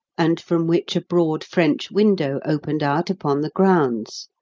and from which a broad french window opened out upon the grounds,